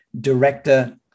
director